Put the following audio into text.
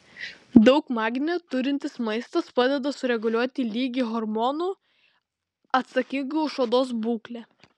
daug magnio turintis maistas padeda sureguliuoti lygį hormonų atsakingų už odos būklę